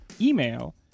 Email